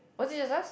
was it just us